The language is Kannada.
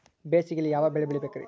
ಬೇಸಿಗೆಯಲ್ಲಿ ಯಾವ ಬೆಳೆ ಬೆಳಿಬೇಕ್ರಿ?